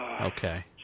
Okay